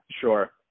Sure